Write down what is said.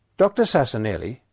dr sasanelli,